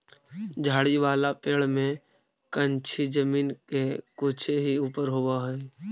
झाड़ी वाला पेड़ में कंछी जमीन से कुछे ही ऊपर होवऽ हई